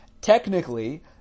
Technically